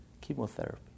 Chemotherapy